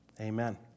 Amen